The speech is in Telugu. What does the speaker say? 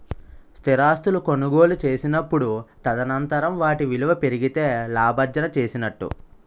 స్థిరాస్తులు కొనుగోలు చేసినప్పుడు తదనంతరం వాటి విలువ పెరిగితే లాభార్జన చేసినట్టు